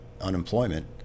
unemployment